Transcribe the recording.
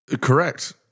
Correct